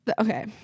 Okay